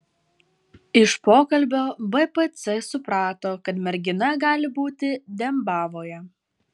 iš pokalbio bpc suprato kad mergina gali būti dembavoje